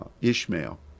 Ishmael